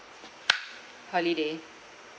holiday